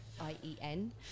I-E-N